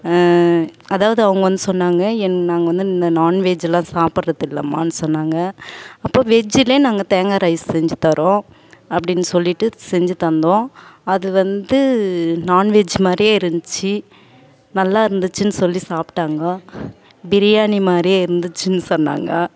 அதாவது அவங்க வந்து சொன்னாங்கள் எங் நாங்கள் வந்து இந்த நான்வெஜ்லாம் சாப்பிட்றது இல்லைமான்னு சொன்னாங்கள் அப்போது வெஜ்ஜிலே நாங்கள் தேங்காய் ரைஸ் செஞ்சுத் தரோம் அப்படின்னு சொல்லிட்டு செஞ்சுத் தந்தோம் அது வந்து நான்வெஜ் மாதிரியே இருந்துச்சு நல்லா இருந்துச்சுன்னு சொல்லி சாப்பிட்டாங்க பிரியாணி மாதிரியே இருந்துச்சுன்னு சொன்னாங்கள்